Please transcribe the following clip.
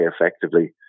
effectively